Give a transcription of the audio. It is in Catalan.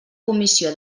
comissió